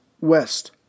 west